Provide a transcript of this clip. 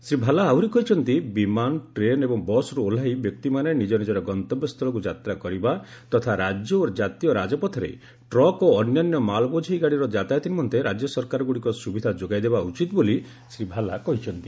ଶ୍ରୀ ଭାଲା ଆହୁରି କହିଛନ୍ତି ବିମାନ ଟ୍ରେନ୍ ଏବଂ ବସ୍ରୁ ଓହ୍ଲାଇ ବ୍ୟକ୍ତିମାନେ ନିଜ ନିଜର ଗନ୍ତବ୍ୟ ସ୍ଥଳକୁ ଯାତ୍ରା କରିବା ତଥା ରାଜ୍ୟ ଓ ଜାତୀୟ ରାଜପଥରେ ଟ୍ରକ୍ ଓ ଅନ୍ୟାନ୍ୟ ମାଲ୍ବୋଝେଇ ଗାଡ଼ିର ଯାତାୟତ ନିମନ୍ତେ ରାଜ୍ୟ ସରକାରଗ୍ରଡ଼ିକ ସ୍ୱବିଧା ଯୋଗାଇ ଦେବା ଉଚିତ ବୋଲି ଶ୍ରୀ ଭାଲା କହିଚ୍ଛନ୍ତି